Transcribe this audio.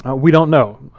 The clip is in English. we don't know,